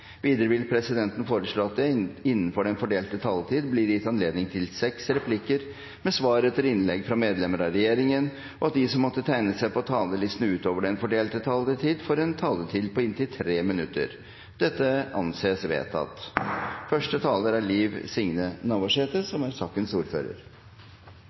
Videre vil presidenten foreslå at det blir gitt anledning til seks replikker med svar etter innlegg fra medlem av regjeringen innenfor den fordelte taletid, og at de som måtte tegne seg på talerlisten utover den fordelte taletid, får en taletid på inntil 3 minutter. – Det anses vedtatt. Stortingsmeldinga me no skal debattere, er